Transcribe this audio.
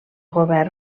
govern